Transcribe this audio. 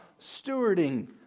stewarding